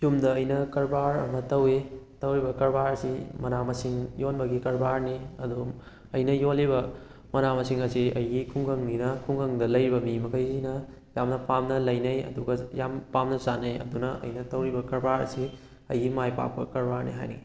ꯌꯨꯝꯗ ꯑꯩꯅ ꯀꯔꯕꯥꯔ ꯑꯃ ꯇꯧꯏ ꯇꯧꯔꯤꯕ ꯀꯔꯕꯥꯔ ꯑꯁꯤ ꯃꯅꯥ ꯃꯁꯤꯡ ꯌꯣꯟꯕꯒꯤ ꯀꯔꯕꯥꯔꯅꯤ ꯑꯗꯨ ꯑꯩꯅ ꯌꯣꯜꯂꯤꯕ ꯃꯅꯥ ꯃꯁꯤꯡ ꯑꯁꯤ ꯑꯩꯒꯤ ꯈꯨꯡꯒꯪ ꯃꯤꯅ ꯈꯨꯡꯒꯪꯗ ꯂꯩꯔꯤꯕ ꯃꯤ ꯃꯈꯩꯁꯤꯅ ꯌꯥꯝꯅ ꯄꯥꯝꯅ ꯂꯩꯅꯩ ꯑꯗꯨꯒ ꯌꯥꯝ ꯄꯥꯝꯅꯁꯨ ꯆꯥꯅꯩ ꯑꯗꯨꯅ ꯑꯩꯅ ꯇꯧꯔꯤꯕ ꯀꯔꯕꯥꯔ ꯑꯁꯤ ꯑꯩꯒꯤ ꯃꯥꯏ ꯄꯥꯛꯄ ꯀꯔꯕꯥꯔꯅꯤ ꯍꯥꯏꯅꯤꯡꯏ